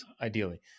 ideally